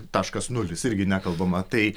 taškas nulis irgi nekalbama tai